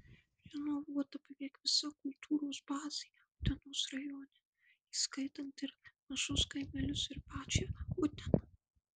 renovuota beveik visa kultūros bazė utenos rajone įskaitant ir mažus kaimelius ir pačią uteną